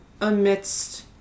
amidst